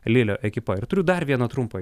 lilio ekipa ir turiu dar vieną trumpą